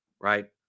right